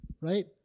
right